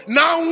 now